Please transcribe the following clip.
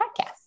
podcast